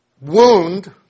wound